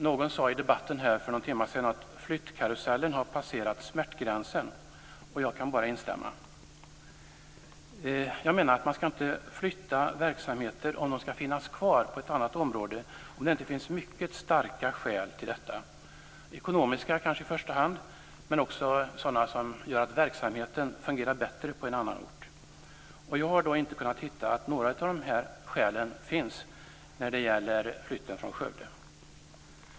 Någon sade i debatten här för någon timme sedan att flyttkarusellen har passerat smärtgränsen. Jag kan bara instämma. Jag menar att man inte skall flytta verksamheter om de skall finnas kvar på ett annat område om det inte finns mycket starka skäl för detta. Det handlar kanske i första hand om ekonomiska skäl, men också om sådant som gör att verksamheten fungerar bättre på en annan ort. Jag har inte kunnat se att några av de här skälen finns när det gäller flytten från Skövde.